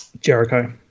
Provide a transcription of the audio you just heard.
Jericho